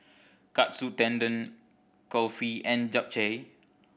Katsu Tendon Kulfi and Japchae